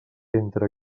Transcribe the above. entre